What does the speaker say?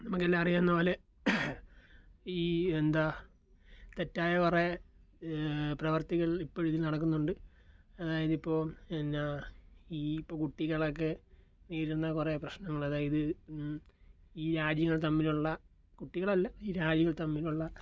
നമുക്കെല്ലാം അറിയാവുന്നതു പോലെ ഈ എന്താ തെറ്റായ കുറേ പ്രവർത്തികൾ ഇപ്പോൾ ഇതിൽ നടക്കുന്നുണ്ട് ഇനി ഇപ്പോൾ എന്നാൽ ഈ ഇപ്പോൾ കുട്ടികളൊക്കെ ഇരുന്നു കുറെ പ്രശ്നങ്ങൾ അതായത് ഈ രാജ്യങ്ങൾ തമ്മിലുള്ള കുട്ടികളല്ല ഈ രാജ്യങ്ങൾ തമ്മിലുള്ള